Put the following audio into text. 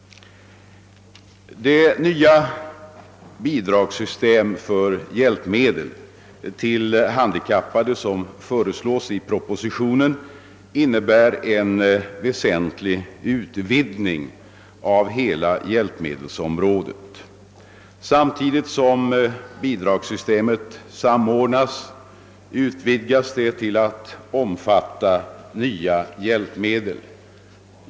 Det nya bidragssystem för hjälpmedel till handikappade som föreslås i propositionen innebär en väsentlig utvidgning av hela hjälpmedelsområdet. Samtidigt som bidragssystemet samordnas utvidgas det till att omfatta nya hjälpmedel.